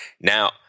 Now